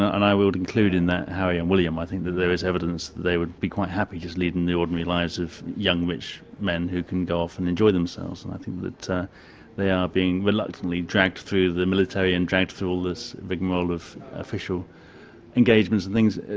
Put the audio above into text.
ah and i will include in that harry and william. i think that there is evidence that they would be quite happy just leading the ordinary lives of young rich men who can go off and enjoy themselves, and i think that they are being reluctantly dragged through the military and dragged through all this rigmarole of official engagements and things,